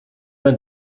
man